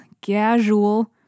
Casual